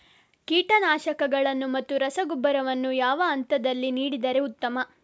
ಕೀಟನಾಶಕಗಳನ್ನು ಮತ್ತು ರಸಗೊಬ್ಬರವನ್ನು ಯಾವ ಹಂತದಲ್ಲಿ ನೀಡಿದರೆ ಉತ್ತಮ?